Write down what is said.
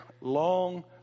long